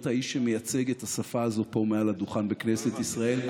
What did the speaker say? להיות האיש שמייצג את השפה הזו פה מעל הדוכן בכנסת ישראל.